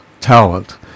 talent